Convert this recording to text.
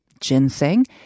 ginseng